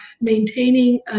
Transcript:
maintaining